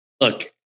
Look